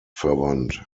verwandt